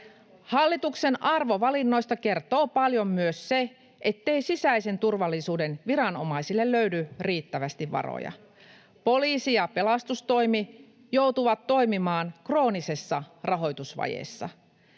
Hallituksen arvovalinnoista kertoo paljon myös se, ettei sisäisen turvallisuuden viranomaisille löydy riittävästi varoja. Poliisi ja pelastustoimi joutuvat toimimaan kroonisessa rahoitusvajeessa.